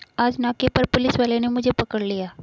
आज नाके पर पुलिस वाले ने मुझे पकड़ लिया